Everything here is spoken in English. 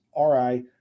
RI